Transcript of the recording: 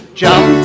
jump